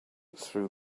through